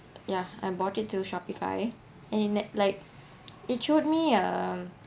ya I bought it through shopify and in like it showed me a